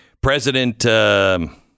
President